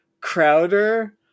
Crowder